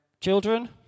Children